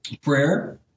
Prayer